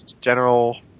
general